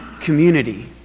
community